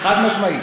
חד-משמעית.